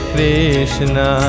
Krishna